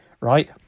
right